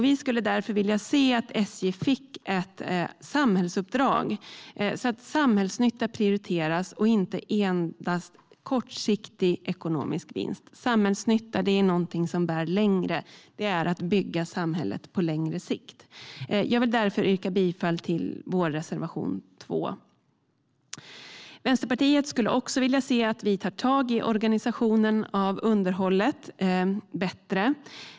Vi skulle därför vilja se att SJ fick ett samhällsuppdrag så att samhällsnytta och inte endast kortsiktig ekonomisk vinst prioriteras. Samhällsnytta är någonting som bär längre; det är att bygga samhället på längre sikt. Jag yrkar därför bifall till vår reservation nr 2. Vänsterpartiet skulle också vilja se att vi tog tag i organisationen av underhållet bättre.